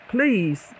Please